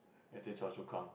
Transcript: as say Choa Chu Kang